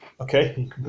Okay